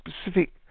specific